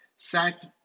sacked